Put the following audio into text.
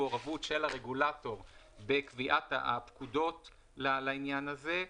מעורבות של הרגולטור בקביעת הפקודות לעניין הזה.